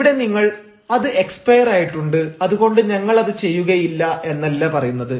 ഇവിടെ നിങ്ങൾ 'അത് എക്സ്പെയറായിട്ടുണ്ട് അതുകൊണ്ട് ഞങ്ങൾ അത് ചെയ്യുകയില്ല' എന്നല്ല പറയുന്നത്